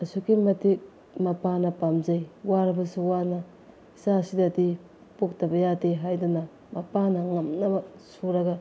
ꯑꯁꯨꯛꯀꯤ ꯃꯇꯤꯛ ꯃꯄꯥꯅ ꯄꯥꯝꯖꯩ ꯋꯥꯔꯕꯁꯨ ꯋꯥꯅ ꯏꯆꯥꯁꯤꯗꯗꯤ ꯄꯣꯛꯇꯕ ꯌꯥꯗꯦ ꯍꯥꯏꯗꯅ ꯃꯄꯥꯅ ꯉꯝꯅꯕ ꯁꯨꯔꯒ